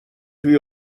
توی